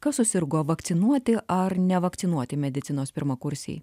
kas susirgo vakcinuoti ar nevakcinuoti medicinos pirmakursiai